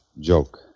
joke